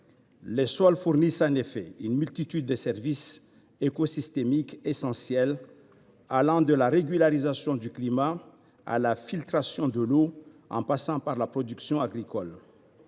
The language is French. Ceux ci fournissent en effet une multitude de services écosystémiques essentiels, allant de la régulation du climat à la filtration de l’eau, en passant par la production agricole.